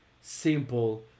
simple